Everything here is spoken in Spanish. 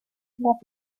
más